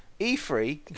E3